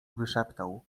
wyszeptał